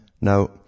Now